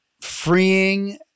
freeing